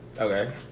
Okay